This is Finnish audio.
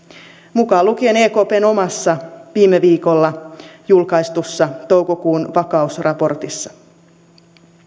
mukaan lukien ekpn omassa viime viikolla julkaistussa toukokuun vakausraportissa